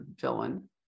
villain